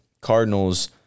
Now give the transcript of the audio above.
Cardinals